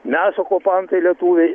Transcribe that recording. mes okupantai lietuviai